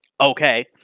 Okay